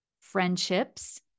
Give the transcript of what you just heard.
friendships